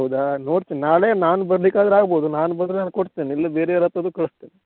ಹೌದಾ ನೋಡ್ತಿನಿ ನಾಳೆ ನಾನು ಬರ್ಲಿಕ್ಕೆ ಆದ್ರೆ ಆಗ್ಬೋದು ನಾನು ಬಂದರೆ ನಾನು ಕೊಡ್ತೇನೆ ಇಲ್ಲ ಬೇರೆ ಯಾರತ್ರಾದರೂ ಕಳಿಸ್ತೇನೆ